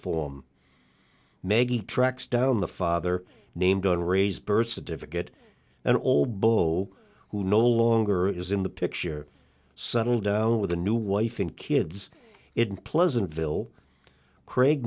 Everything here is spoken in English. form meggie tracks down the father named on ray's birth certificate and old beau who no longer is in the picture settle down with a new wife and kids it in pleasantville craig